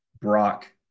Brock